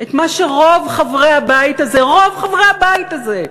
את מה שרוב חברי הבית הזה, רוב חברי הבית הזה,